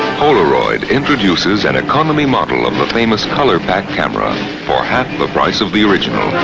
polaroid introduces an economy model of the famous color pack camera for half the price of the original.